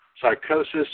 Psychosis